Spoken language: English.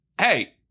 hey